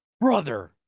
Brother